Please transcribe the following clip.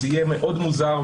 יהיה מאוד מוזר.